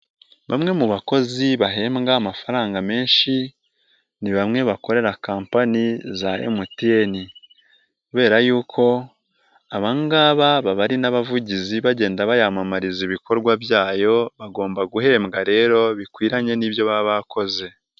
Bamwe mu bakozi bahembwa amafaranga menshi, ni bamwe bakorera kampani za MTN kubera yuko aba ngaba baba ari n'abavugizi, bagenda bayamamariza ibikorwa byayo, bagomba guhembwa rero, bikwiranye n'ibyo baba bakoze.